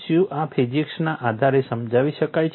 શું આ ફિઝિક્સના આધારે સમજાવી શકાય છે